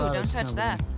ah don't touch that.